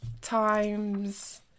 times